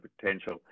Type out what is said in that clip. potential